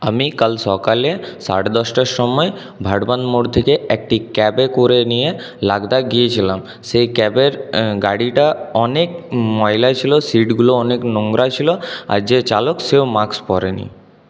আমি কাল সকালে সাড়ে দশটার সময় ভারবান মোড় থেকে একটি ক্যাবে করে নিয়ে লাকদাক গিয়েছিলাম সেই ক্যাবের গাড়িটা অনেক ময়লা ছিল সিটগুলো অনেক নোংরা ছিল আর যে চালক সেও মাস্ক পরেনিআমি কাল সকালে সাড়ে দশটার সময় ভারবান মোড় থেকে একটি ক্যাবে করে নিয়ে লাকদাক গিয়েছিলাম সেই ক্যাবের গাড়িটা অনেক ময়লা ছিল সিটগুলো অনেক নোংরা ছিল আর যে চালক সেও মাস্ক পরেনি